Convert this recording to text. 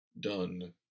done